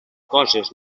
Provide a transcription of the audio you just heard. coses